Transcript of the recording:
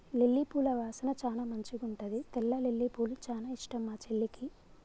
lily పూల వాసన చానా మంచిగుంటది తెల్ల లిల్లీపూలు చానా ఇష్టం మా చెల్లికి